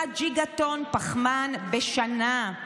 1 ג'יגה טון פחמן בשנה.